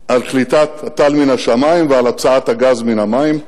על קליטת הטל מן השמים ועל הוצאת הגז מן המים,